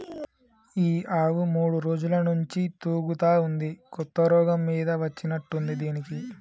ఈ ఆవు మూడు రోజుల నుంచి తూగుతా ఉంది కొత్త రోగం మీద వచ్చినట్టుంది దీనికి